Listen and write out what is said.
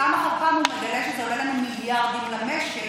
פעם אחר פעם הוא מגלה שזה עולה מיליארדים למשק,